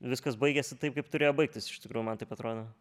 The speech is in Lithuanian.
viskas baigėsi taip kaip turėjo baigtis iš tikrųjų man taip atrodo